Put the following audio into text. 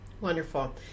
Wonderful